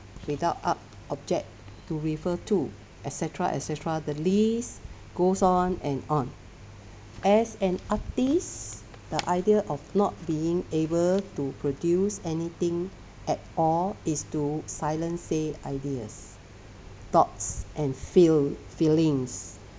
without art object to refer to et cetera et cetera the list goes on and on as an artist the idea of not being able to produce anything at all is to silence say ideas thoughts and feel feelings